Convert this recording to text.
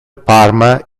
parma